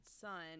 son